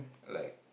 like